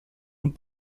und